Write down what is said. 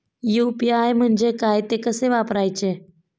UPI म्हणजे काय, ते कसे वापरायचे?